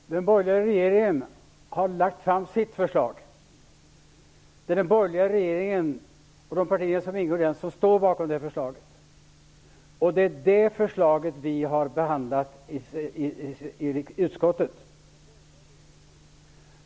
Herr talman! Den borgerliga regeringen har lagt fram sitt förslag. Den borgerliga regeringen och de borgerliga partier som ingår i den står bakom förslaget. Det är det förslaget vi har behandlat i utskottet.